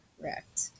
correct